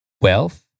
Wealth